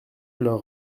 leur